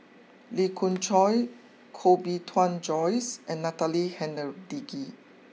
Lee Khoon Choy Koh Bee Tuan Joyce and Natalie Hennedige